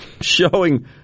showing